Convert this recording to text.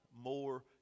more